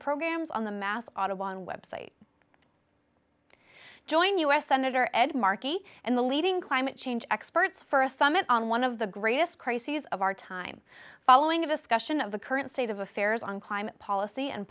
programs on the mass audubon website join us senator ed markey and the leading climate change experts for a summit on one of the greatest crises of our time following a discussion of the current state of affairs on climate policy and